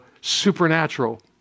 supernatural